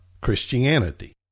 Christianity